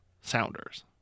Sounders